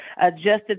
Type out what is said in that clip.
adjusted